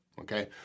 Okay